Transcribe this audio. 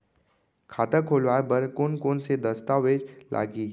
खाता खोलवाय बर कोन कोन से दस्तावेज लागही?